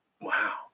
Wow